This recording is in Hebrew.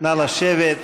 נא לשבת.